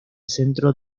centro